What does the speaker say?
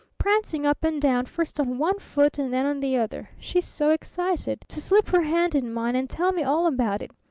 prancing up and down first on one foot and then on the other she's so excited, to slip her hand in mine and tell me all about it.